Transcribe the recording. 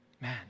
Man